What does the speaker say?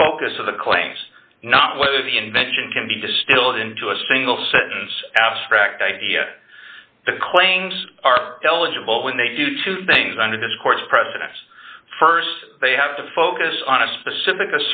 focus of the claims not whether the invention can be distilled into a single sentence abstract idea the claims are eligible when they do two things under this court's precedents st they have to focus on a specific